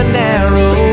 narrow